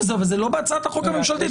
אבל זה לא בהצעת החוק הממשלתית.